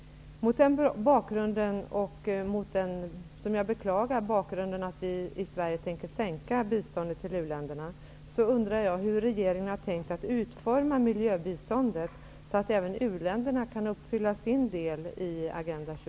Mot den bakgrunden och mot bakgrund av att vi i Sverige tänker minska biståndet till u-länderna, vilket jag beklagar, undrar jag hur regeringen har tänkt utforma miljöbiståndet, med tanke på att även u-länderna skall kunna uppfylla sin del i